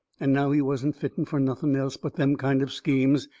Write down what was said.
and now he wasn't fitten fur nothing else but them kind of schemes,